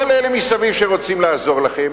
כל אלה מסביב שרוצים לעזור לכם